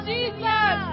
Jesus